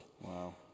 Wow